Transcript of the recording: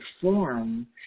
form